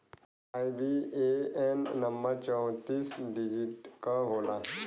IBAN number चौतीस digit क होला